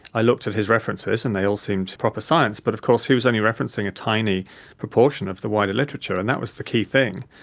i looked at his references and they all seemed proper science, but of course he was only referencing a tiny proportion of the wider literature and that was the key thing,